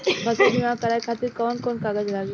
फसल बीमा करावे खातिर कवन कवन कागज लगी?